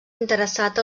interessat